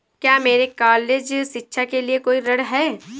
क्या मेरे कॉलेज शिक्षा के लिए कोई ऋण है?